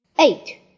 Eight